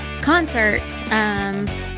concerts